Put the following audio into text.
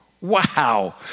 wow